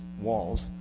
walls